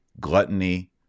gluttony